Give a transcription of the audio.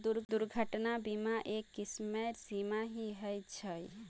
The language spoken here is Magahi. दुर्घटना बीमा, एक किस्मेर बीमा ही ह छे